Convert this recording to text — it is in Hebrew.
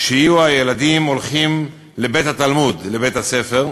שיהיו הילדים הולכים לבית-התלמוד, לבית-הספר.